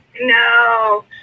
No